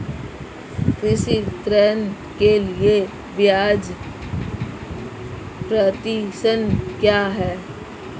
कृषि ऋण के लिए ब्याज प्रतिशत क्या है?